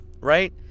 Right